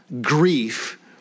grief